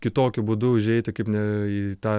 kitokiu būdu užeiti kaip ne į tą